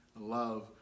love